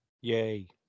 Yay